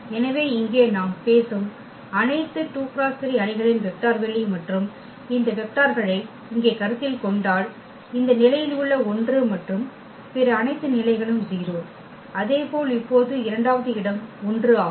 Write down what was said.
எனவே இங்கே நாம் பேசும் அனைத்து 2 × 3 அணிகளின் வெக்டர் வெளி மற்றும் இந்த வெக்டார்களை இங்கே கருத்தில் கொண்டால் இந்த நிலையில் உள்ள 1 மற்றும் பிற அனைத்து நிலைகளும் 0 அதேபோல் இப்போது இரண்டாவது இடம் 1 ஆகும்